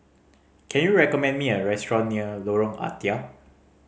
can you recommend me a restaurant near Lorong Ah Thia